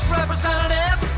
representative